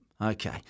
Okay